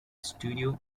studio